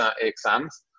exams